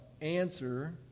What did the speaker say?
answer